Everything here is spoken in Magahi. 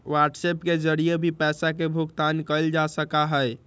व्हाट्सएप के जरिए भी पैसा के भुगतान कइल जा सका हई